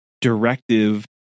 directive